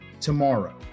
tomorrow